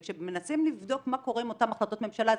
ו כשמנסים לבדוק מה קורה עם אותן החלטות ממשלה אז